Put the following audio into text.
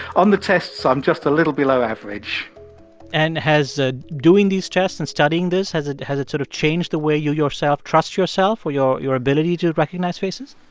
on the tests, i'm just a little below average and has doing these tests and studying this, has ah has it sort of changed the way you yourself trust yourself or your your ability to recognize faces?